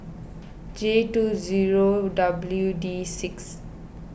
J two zero W D six